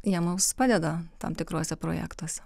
jie mums padeda tam tikruose projektuose